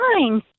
Fine